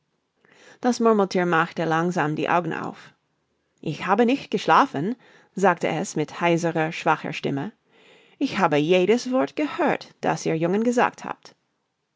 das murmelthier machte langsam die augen auf ich habe nicht geschlafen sagte es mit heiserer schwacher stimme ich habe jedes wort gehört das ihr jungen gesagt habt